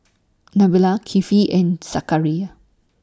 Nabila Kifli and Zakaria